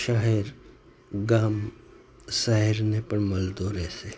શહેર ગામ શહેરને પણ મળતો રહેશે